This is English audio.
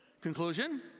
Conclusion